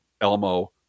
Elmo